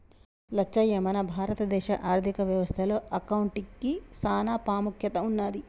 లచ్చయ్య మన భారత దేశ ఆర్థిక వ్యవస్థ లో అకౌంటిగ్కి సాన పాముఖ్యత ఉన్నది